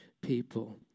people